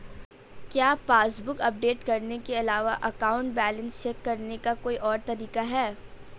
क्या passbook update करने के अलावा अकाउंट बैलेंस चेक करने का कोई और तरीका है?